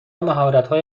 مهارتهای